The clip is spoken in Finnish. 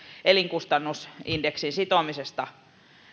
elinkustannusindeksiin sitomisesta